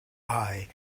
eye